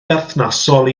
berthnasol